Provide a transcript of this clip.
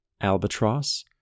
albatross